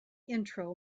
intro